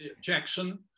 jackson